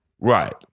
right